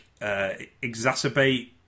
exacerbate